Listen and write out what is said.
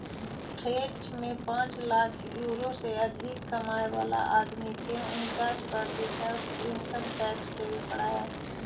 French में पाँच lakh euro से अधिक कमाय वाला आदमी के उन्चास प्रतिशत इनकम टैक्स देवे पड़ऽ हई